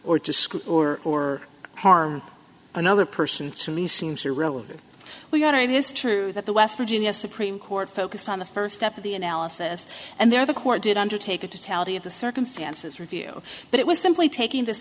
school or or harm another person to me seems a relative we got it is true that the west virginia supreme court focused on the first step of the analysis and there the court did undertake a tally of the circumstances review but it was simply taking this